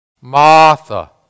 Martha